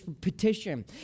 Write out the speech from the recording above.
petition